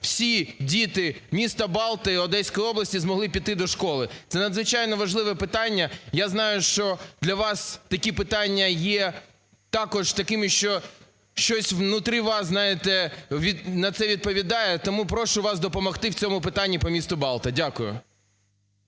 всі діти міста Балти Одеської області змогли піти до школи. Це надзвичайно важливе питання, я знаю, що для вас такі питання є також такими, що щось внутрі вас, знаєте, на це відповідає, тому прошу вас допомогти в цьому питанні - по місту Балта. Дякую.